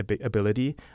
ability